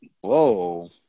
Whoa